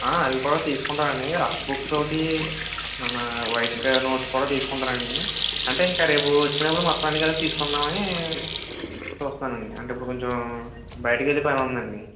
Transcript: అవి కూడా తీసుకుంటాను అండి రఫ్ బుక్స్ ఒకటి మన వైట్ కలర్ నోట్స్ కూడా తీసుకుంటాను అండి అంటే ఇంకా రేపు వచ్చినప్పుడు మొత్తం అన్ని కలిపి తీసుకుందాం అని చూస్తున్నాను అండి అంటే ఇప్పుడు కొంచెం బయటకి వెళ్ళే పని ఉందండి